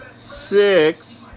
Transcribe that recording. six